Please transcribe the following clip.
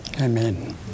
Amen